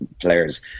players